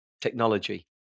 technology